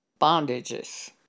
bondages